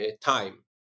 time